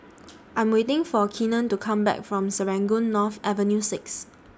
I Am waiting For Kenan to Come Back from Serangoon North Avenue six